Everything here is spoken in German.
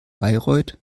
bayreuth